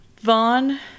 Vaughn